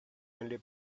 only